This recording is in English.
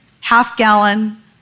half-gallon